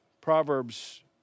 Proverbs